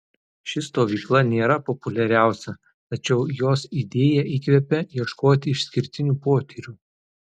ši stovykla nėra populiariausia tačiau jos idėja įkvepia ieškoti išskirtinių potyrių